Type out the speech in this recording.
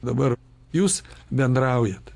dabar jūs bendraujat